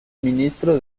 ministro